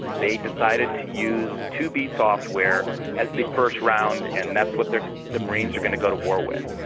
they decided to use two b software as the first round and that's what the the marines are going to go to war with.